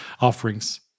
offerings